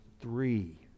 three